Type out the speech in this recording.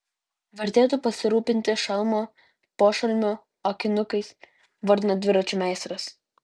vertėtų pasirūpinti šalmu pošalmiu akinukais vardina dviračių meistras